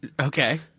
Okay